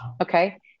Okay